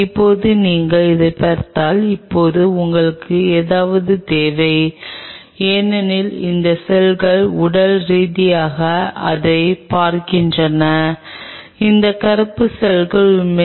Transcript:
இப்போது அவற்றின் இணைப்பு பண்புகளைப் பார்த்து இணைப்பைக் காண நீங்கள் மிக எளிய விஷயங்களைச் செய்யலாம்